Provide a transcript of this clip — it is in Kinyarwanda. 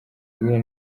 rw’iyi